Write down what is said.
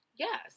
Yes